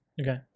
Okay